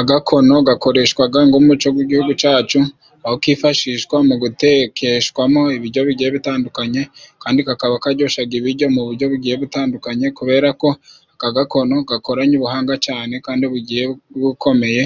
Agakono gakoreshwaga ng'umuco gw'Igihugu cacu, aho kifashishwa mu gutekeshwamo ibijyo bigiye bitandukanye kandi kakaba kajyoshaga ibijyo mu bujyo bugiye gutandukanye kubera ko aka gakono gakoranye ubuhanga cane kandi bugiye bukomeye,